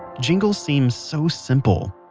jingles seem so simple,